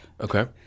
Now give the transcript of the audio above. Okay